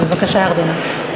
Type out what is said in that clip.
בבקשה, ירדנה.